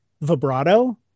vibrato